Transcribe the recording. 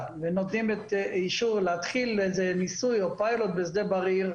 ונותנים אישור להתחיל ניסוי או פיילוט בשדה בריר,